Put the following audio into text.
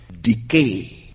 decay